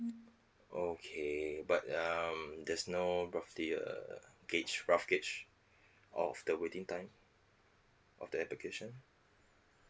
okay but um there's no roughly a gage rough gage of the waiting time of the application